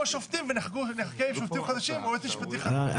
השופטים ונחכה לשופטים חדשים או יועץ משפטי חדש.